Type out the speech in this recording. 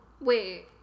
Wait